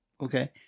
okay